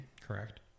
Correct